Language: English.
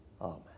amen